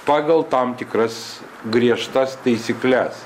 pagal tam tikras griežtas taisykles